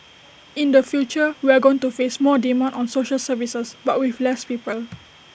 in the future we are going to face more demand on social services but with less people